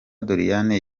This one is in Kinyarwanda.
doriane